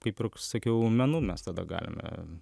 kaip sakiau menu mes tada galime